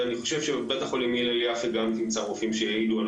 ואני חושב שבבית החולים הלל יפה גם תמצא רופאים שיעידו על